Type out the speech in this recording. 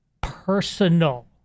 personal